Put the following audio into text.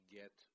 get